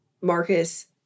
Marcus